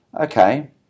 okay